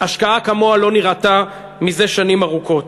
השקעה כמוה לא נראתה זה שנים ארוכות.